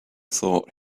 thought